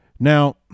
Now